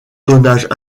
tonnage